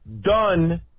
done